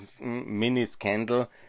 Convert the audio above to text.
mini-scandal